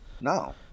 No